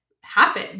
happen